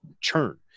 churn